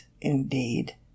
indeed